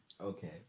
Okay